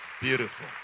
Beautiful